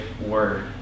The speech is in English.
word